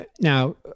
now